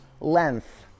length